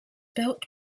built